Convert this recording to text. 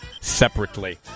separately